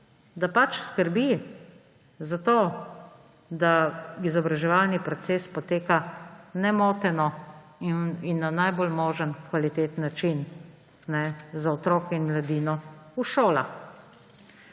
–, da skrbi za to, da izobraževalni proces poteka nemoteno in na najbolj možen kvaliteten način za otroke in mladino v šolah.